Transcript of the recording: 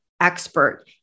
Expert